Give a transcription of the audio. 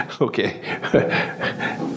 Okay